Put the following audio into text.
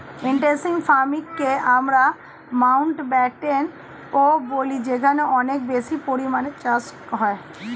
intensive ফার্মিংকে আমরা মাউন্টব্যাটেনও বলি যেখানে অনেক বেশি পরিমাণে চাষ হয়